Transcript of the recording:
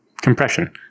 Compression